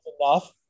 enough